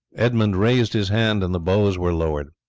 edmund raised his hand and the bows were lowered.